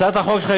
הצעת החוק שלך,